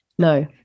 No